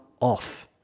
off